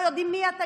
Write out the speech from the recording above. לא יודעים מי אתה,